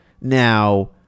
Now